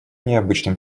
необычным